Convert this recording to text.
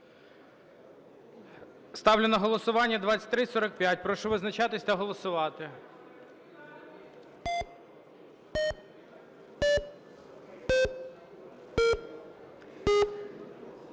Ставлю на голосування 2347. Прошу визначатись та голосувати.